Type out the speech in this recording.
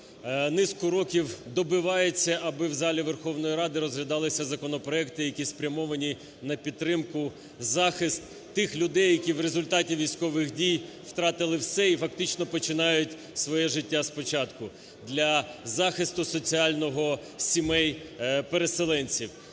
низку років добивається, аби в залі Верховної Ради розглядалися законопроекти, які спрямовані на підтримку, захист тих людей, які в результаті військових дій втратили все і фактично починають своє життя спочатку, для захисту соціального сімей переселенців.